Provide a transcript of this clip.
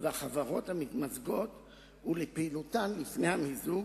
והחברות המתמזגות ולפעילותן לפני המיזוג,